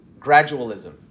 Gradualism